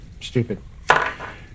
Stupid